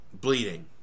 bleeding